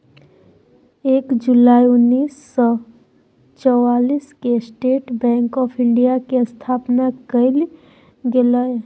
एक जुलाई उन्नीस सौ चौआलिस के स्टेट बैंक आफ़ इंडिया के स्थापना कइल गेलय